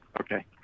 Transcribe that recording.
okay